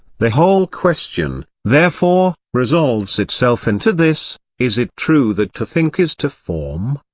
the whole question, therefore, resolves itself into this is it true that to think is to form?